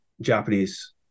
japanese